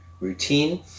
routine